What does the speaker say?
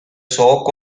shock